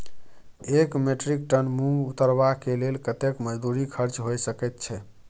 एक metric ton मूंग उतरबा के लेल कतेक मजदूरी खर्च होय सकेत छै?